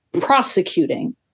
prosecuting